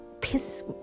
piss